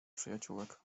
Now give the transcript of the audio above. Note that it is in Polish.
przyjaciółek